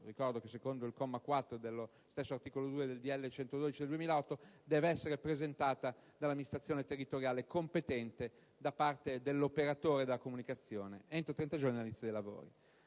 attività che, secondo il comma 4 dell'articolo 2 del decreto-legge n. 112 del 2008, deve essere presentata all'amministrazione territoriale competente da parte dell'operatore della comunicazione, entro 30 giorni dall'inizio dei lavori.